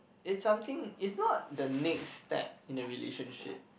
it's something it's not the next step in the relationship